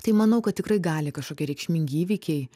tai manau kad tikrai gali kažkokie reikšmingi įvykiai